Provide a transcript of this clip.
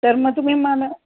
तर मग तुम्ही मानं